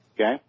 okay